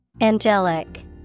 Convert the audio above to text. Angelic